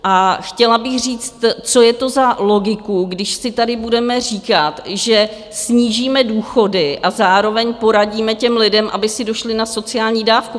A chtěla bych říct, co je to za logiku, když si tady budeme říkat, že snížíme důchody, a zároveň poradíme těm lidem, aby si došli na sociální dávku?